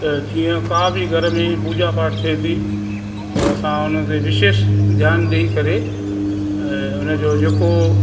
त जीअं का बि घर में पूॼा पाठ थिए थी त असां हुन ते विशेष ध्यानु ॾेई करे हुनजो जे को